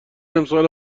امسال